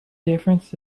difference